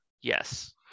yes